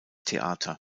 theater